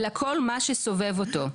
אלא כל מה שסובב אותו.